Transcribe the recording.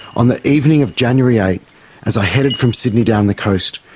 on the evening of january eight as i headed from sydney down the coast,